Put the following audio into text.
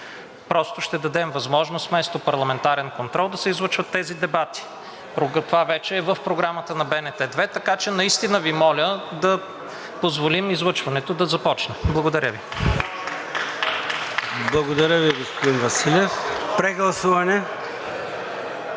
просто ще дадем възможност вместо парламентарен контрол да се излъчват тези дебати. Това вече е в програмата на БНТ 2, така че наистина Ви моля да позволим излъчването да започне. Благодаря Ви. (Ръкопляскания от „Продължаваме